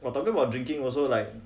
while talking about drinking also like